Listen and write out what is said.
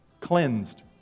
cleansed